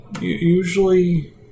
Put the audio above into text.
Usually